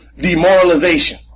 demoralization